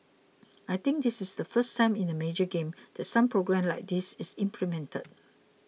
I think this is the first time in a major game that some programme like this is implemented